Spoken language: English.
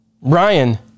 Ryan